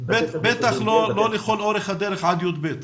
בטח לא לכל אורך הדרך עד י"ב.